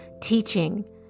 teaching